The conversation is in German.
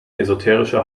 esoterische